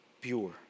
pure